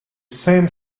same